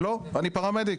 לא, אני פרמדיק.